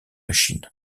chine